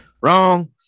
Wrong